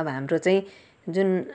अब हाम्रो चाहिँ जुन